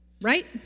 right